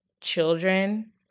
children